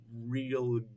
real